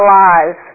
lives